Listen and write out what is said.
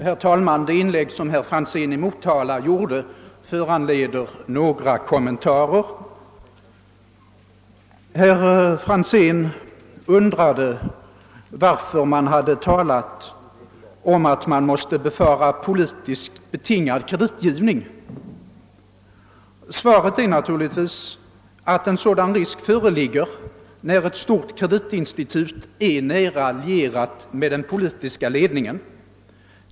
Herr talman! Herr Franzéns i Motala inlägg föranleder mig att göra några kommentarer. Herr Franzén undrade varför man i motionerna och reservationen hade talat om risk för politiskt betingad kreditgivning. Svaret är naturligtvis att en sådan risk föreligger, när ett stort kreditinstitut är nära lierat med den politiska ledningen.